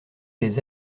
les